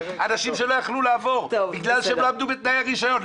אנשים שלא יכלו לעבור בגלל שהם לא עמדו בתנאי הרישיון.